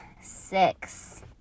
six